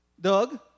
Doug